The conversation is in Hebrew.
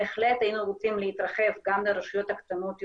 בהחלט היינו רוצים להתרחב גם לרשויות הקטנות יותר.